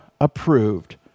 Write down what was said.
approved